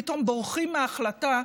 פתאום בורחים מהחלטה,